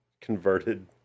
converted